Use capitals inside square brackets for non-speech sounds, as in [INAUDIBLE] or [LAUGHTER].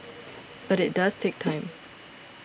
[NOISE] but it does take time